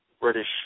British